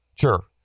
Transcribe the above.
sure